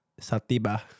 Satiba